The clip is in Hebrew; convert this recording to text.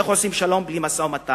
איך עושים שלום בלי משא-ומתן?